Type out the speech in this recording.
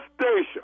station